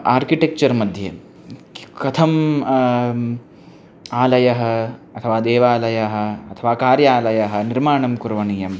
architecture मध्ये कथं आलयः अथवा देवालयः अथवा कार्यालयः निर्माणं करणीयम्